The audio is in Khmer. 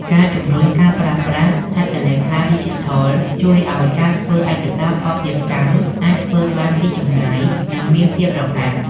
ការជំរុញការប្រើប្រាស់ "ហត្ថលេខាឌីជីថល" ជួយឱ្យការធ្វើឯកសារភស្តុភារកម្មអាចធ្វើបានពីចម្ងាយ និងមានភាពរហ័ស។